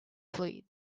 fluid